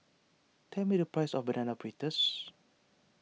tell me the price of Banana Fritters